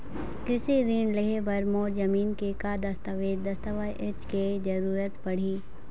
कृषि ऋण लेहे बर मोर जमीन के का दस्तावेज दस्तावेज के जरूरत पड़ही?